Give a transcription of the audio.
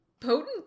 potent